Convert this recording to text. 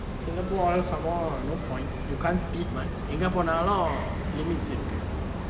singapore somemore no point you can't speed much எங்க போனாலும்:engge ponalum limits இருக்கு:irukku